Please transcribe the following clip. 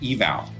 eval